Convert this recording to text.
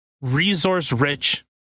resource-rich